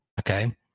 Okay